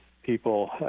People